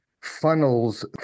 funnels